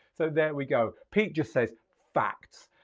so there we go. pete just says, facts.